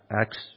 Acts